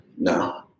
No